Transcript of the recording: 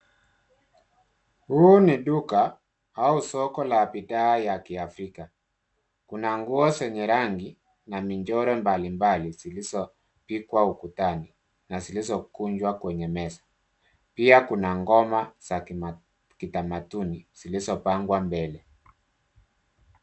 Huu ni duka au soko la bidhaa ya kiafrika. Kuna nguo zenye rangi na michoro mbalimbali zilizofikwa ukutani na zilizokunjwa kwenye meza. Pia kuna Ngoma za kitamanduni zilizopangwa mbele.